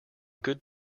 good